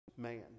man